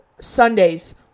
Sundays